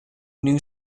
new